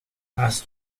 hast